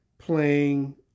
playing